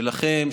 שלכם,